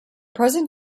present